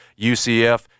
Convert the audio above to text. UCF